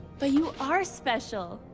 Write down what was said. but you are special.